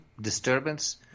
Disturbance